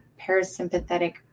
parasympathetic